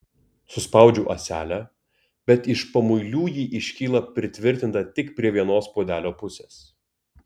suspaudžiu ąselę bet iš pamuilių ji iškyla pritvirtinta tik prie vienos puodelio pusės